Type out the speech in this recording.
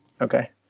Okay